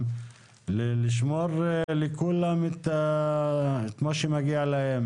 לשמור לכולם את מה שמגיע להם.